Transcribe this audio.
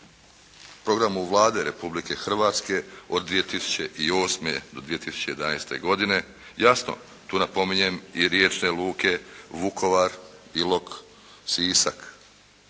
programu Vlade Republike Hrvatske od 2008. do 2011. godine, jasno tu napominjem i riječne luke, Vukovar, Ilok, Sisak,